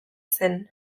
zen